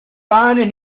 panes